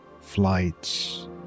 flights